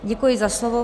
Děkuji za slovo.